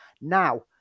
Now